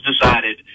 decided